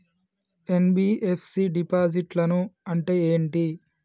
NBFC డిపాజిట్లను అంటే ఏంటి?